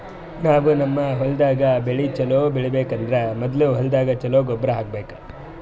ನಾವ್ ನಮ್ ಹೊಲ್ದಾಗ್ ಬೆಳಿ ಛಲೋ ಬೆಳಿಬೇಕ್ ಅಂದ್ರ ಮೊದ್ಲ ಹೊಲ್ದಾಗ ಛಲೋ ಗೊಬ್ಬರ್ ಹಾಕ್ಬೇಕ್